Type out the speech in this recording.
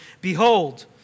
Behold